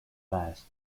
passed